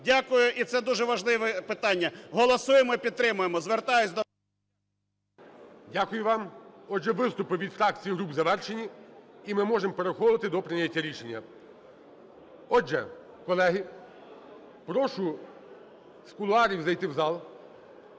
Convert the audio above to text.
Дякую. І це дуже важливе питання. Голосуємо і підтримуємо. Звертаюсь до… ГОЛОВУЮЧИЙ. Дякую вам. Отже, виступи від фракцій і груп завершені. І ми можемо переходити до прийняття рішення. Отже, колеги, прошу з кулуарів зайти в зал.